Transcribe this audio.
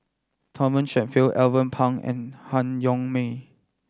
Thomas Shelford Alvin Pang and Han Yong May